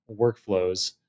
workflows